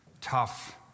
tough